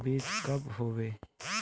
बीज कब होबे?